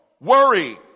worry